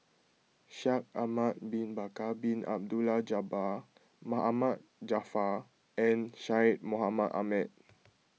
Shaikh Ahmad Bin Bakar Bin Abdullah Jabbar Ma Ahmad Jaafar and Syed Mohamed Ahmed